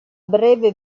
breve